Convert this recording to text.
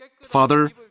Father